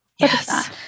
Yes